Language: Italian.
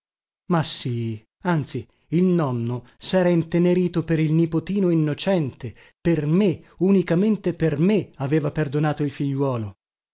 ma sì anzi il nonno sera intenerito per il nipotino innocente per me unicamente per me aveva perdonato il figliuolo